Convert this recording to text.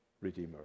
Redeemer